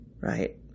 Right